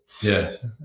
Yes